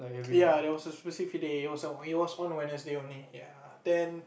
ya there was a specific day it was on it was on a Wednesday only ya then